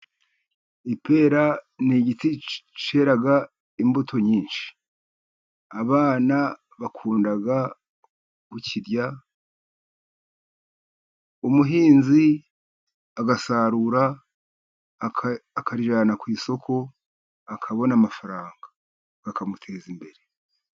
Ipera ni igiti cyera imbuto nyinshi. Abana bakunda guzirya. Umuhinzi agasarura akayajyana ku isoko, akabona amafaranga, akamuteza imbere.